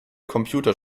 computer